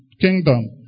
Kingdom